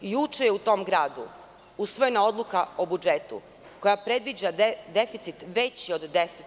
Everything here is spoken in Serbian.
Juče je u tom gradu usvojena odluka o budžetu koja predviđa deficit veći od 10%